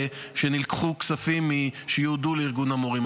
שנלקחו כספים שיועדו לארגון המורים.